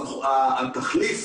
התחליף